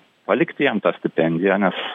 palikti jam tą stipendiją nes